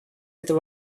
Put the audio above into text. этой